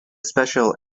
special